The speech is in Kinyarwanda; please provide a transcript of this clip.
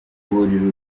burira